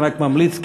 רק ממליץ,